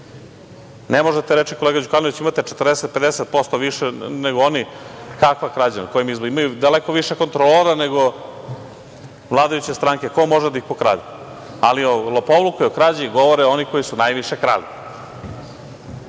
to. Ne možete, reče kolega Đukanović, da imate 40, 50% više nego oni. Kakva krađa? Na kojim izborima? Imaju daleko više kontrolora nego vladajuća stranka. Ko može da ih pokrade?O lopovluku i krađi govore oni koji su najviše krali.